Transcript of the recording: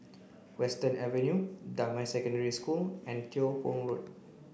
Western Avenue Damai Secondary School and Tiong Poh Road